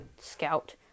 Scout